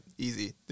easy